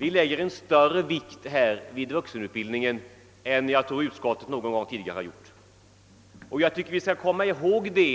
Vi lägger en större vikt vid vuxenutbildningen än jag tror utskottet gjort någon gång tidigare.